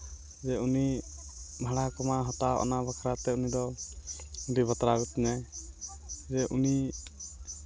ᱡᱮ ᱩᱱᱤ ᱵᱷᱟᱲᱟ ᱠᱚᱢᱟᱣ ᱦᱟᱛᱟᱣ ᱚᱱᱟ ᱵᱟᱠᱷᱨᱟ ᱛᱮ ᱩᱱᱤ ᱫᱚ ᱟᱹᱰᱤ ᱵᱟᱛᱨᱟᱣ ᱜᱤᱛᱤᱧᱟᱭ ᱡᱮ ᱩᱱᱤ